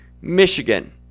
Michigan